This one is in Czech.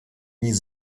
nic